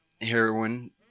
heroin